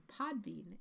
Podbean